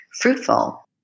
fruitful